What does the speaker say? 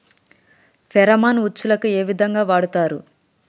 Pheromone ఉచ్చులకు ఏ విధంగా వాడుతరు?